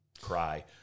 cry